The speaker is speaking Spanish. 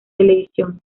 televisión